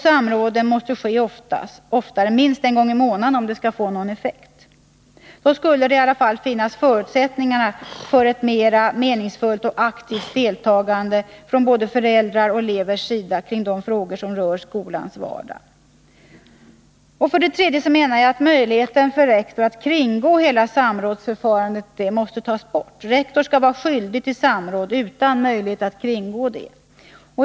Samråden måste också ske oftare, minst en gång i månaden, om de skall få någon effekt. Då skulle det i vart fall finnas förutsättningar för ett mera meningsfullt och aktivt deltagande från elevernas och föräldrarnas sida kring de frågor som berör skolans vardag. För det tredje menar jag att möjligheten för rektorn att kringgå hela samrådsförfarandet måste tas bort. Rektorn skall vara skyldig till samråd, utan möjligheter att kringgå det.